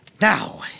Now